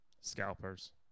Scalpers